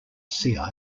sea